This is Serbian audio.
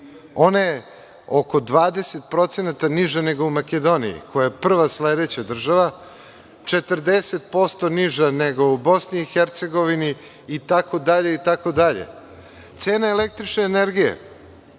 Ona je oko 20% niža nego u Makedoniji koja je prva sledeća država, 40% niža nego u Bosni i Hercegovini itd, itd. Cena električne energija,